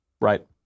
right